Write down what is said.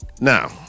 Now